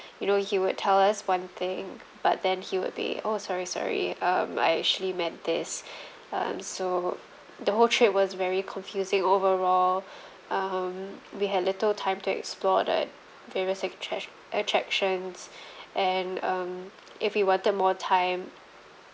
you know he would tell us one thing but then he would be oh sorry sorry um I actually meant this um so the whole trip was very confusing overall um we had little time to explore the various attrac~ attractions and um if we wanted more time